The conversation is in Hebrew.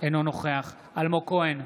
אינו נוכח אלמוג כהן,